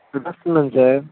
good afternoon sir